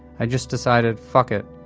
i just decided fuck it,